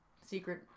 secret